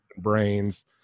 brains